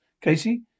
Casey